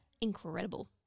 incredible